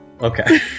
Okay